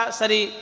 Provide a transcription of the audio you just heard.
sari